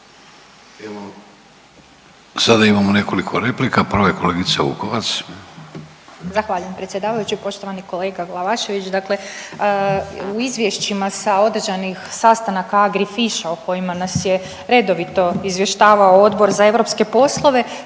Sada imamo nekoliko replika, prva je kolegica Vukovac. **Vukovac, Ružica (Nezavisni)** Zahvaljujem predsjedavajući. Poštovani kolega Glavašević, dakle u izvješćima sa održanih sastanaka agree fisheries o kojima nas je redovito izvještavao Odbor za europske poslove